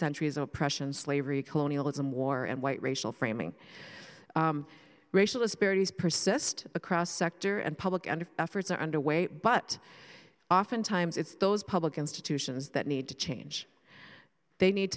centuries oppression slavery colonialism war and white racial framing racial disparities persist across sector and public and efforts are underway but oftentimes it's those public institutions that need to change they need